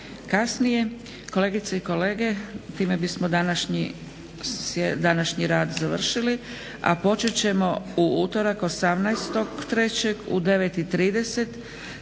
kasnije. Kolegice i kolege, time bismo današnji rad završili, a počet ćemo u utorak 18.3. u 9,30